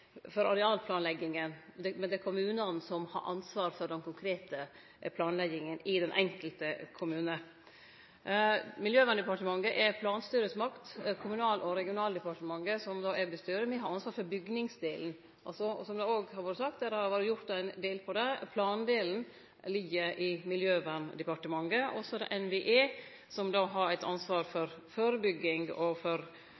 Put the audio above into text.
for arealplanlegginga, men det er kommunane som har ansvaret for den konkrete planlegginga i den enkelte kommunen. Miljøverndepartementet er planstyresmakt, Kommunal- og regionaldepartementet, som eg styrer, har ansvaret for bygningsdelen, og, som det òg har vore sagt, det har vore gjort ein del på det. Plandelen ligg i Miljøverndepartementet, og så er det NVE som har eit ansvar